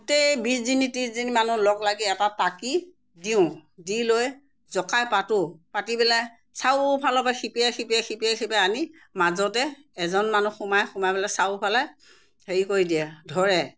গোটেই বিছজনী ত্ৰিছজনী মানুহ লগ লাগি এটা টাকিত দিওঁ দি লৈ জকাই পাতোঁ পাতি পেলাই চাৰিওফালৰ পৰা খেপিয়াই খেপিয়াই আনি মাজতে এজন মানুহ সোমাই সোমাই পেলাই চাৰিওফালে হেৰি কৰি দিয়ে ধৰে